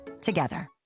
together